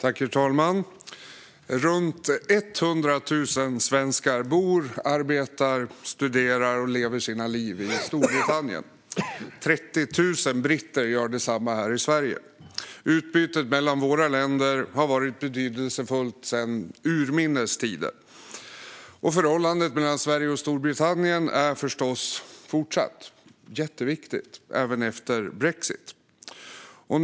Herr talman! Runt 100 000 svenskar bor, arbetar, studerar och lever sina liv i Storbritannien. Runt 30 000 britter gör detsamma här i Sverige. Utbytet mellan våra länder har varit betydelsefullt sedan urminnes tider, och förhållandet mellan Sverige och Storbritannien fortsätter förstås att vara jätteviktigt även efter brexit.